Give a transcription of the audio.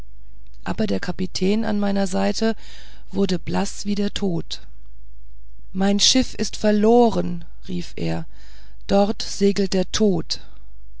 aber der kapitän an meiner seite wurde blaß wie der tod mein schiff ist verloren rief er dort segelt der tod